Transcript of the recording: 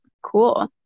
Cool